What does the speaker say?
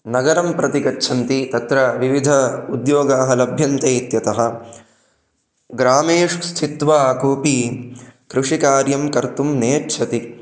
नगरं प्रति गच्छन्ति तत्र विविध उद्योगाः लभ्यन्ते इत्यतः ग्रामेषु स्थित्वा कोऽपि कृषिकार्यं कर्तुं नेच्छति